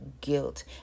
guilt